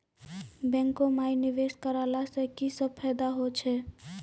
बैंको माई निवेश कराला से की सब फ़ायदा हो छै?